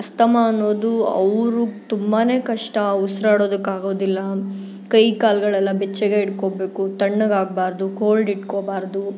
asthma ಅನ್ನೋದು ಅವ್ರುಗೆ ತುಂಬಾ ಕಷ್ಟ ಉಸಿರಾಡೋದಕ್ಕಾಗೋದಿಲ್ಲ ಕೈ ಕಾಲುಗಳಲ್ಲ ಬೆಚ್ಚಗೆ ಇಟ್ಕೋಬೇಕು ತಣ್ಣಗೆ ಆಗಬಾರ್ದು ಕೋಲ್ಡ್ ಇಟ್ಕೋಬಾರ್ದು